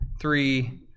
three